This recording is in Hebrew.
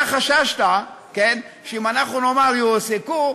אתה חששת שאם אנחנו נאמר "יועסקו",